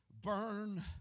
burn